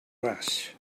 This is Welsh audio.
ras